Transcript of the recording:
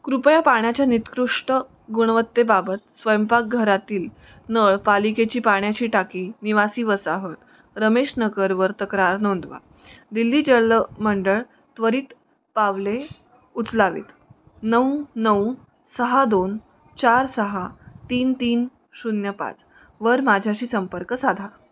कृपया पाण्याच्या निकृष्ट गुणवत्तेबाबत स्वयंपाकघरातील नळ पालिकेची पाण्याची टाकी निवासी वसाहत रमेश नगरवर तक्रार नोंदवा दिल्ली जलमंडळ त्वरित पावले उचलावीत नऊ नऊ सहा दोन चार सहा तीन तीन शून्य पाच वर माझ्याशी संपर्क साधा